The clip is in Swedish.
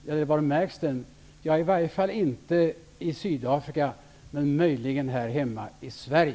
Ja, den märks i varje fall inte i Sydafrika, men den märks möjligen här hemma i Sverige.